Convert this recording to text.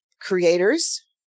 creators